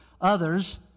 others